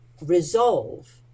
resolve